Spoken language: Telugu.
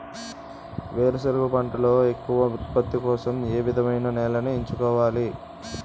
వేరుసెనగ పంటలో ఎక్కువ ఉత్పత్తి కోసం ఏ విధమైన నేలను ఎంచుకోవాలి?